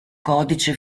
codice